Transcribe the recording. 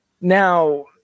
Now